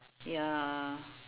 ya